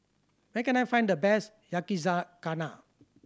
where can I find the best Yakizakana